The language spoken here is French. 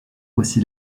aussi